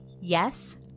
yes